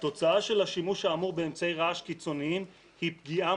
'התוצאה של השימוש האמור באמצעי רעש קיצוניים היא פגיעה